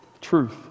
Truth